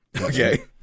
okay